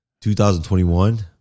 2021